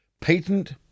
Patent